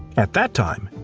at that time,